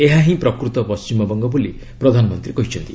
ଏହା ହିଁ ପ୍ରକୃତ ପଶ୍ଚିମବଙ୍ଗ ବୋଲି ପ୍ରଧାନମନ୍ତ୍ରୀ କହିଛନ୍ତି